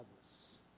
others